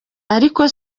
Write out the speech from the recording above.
aliko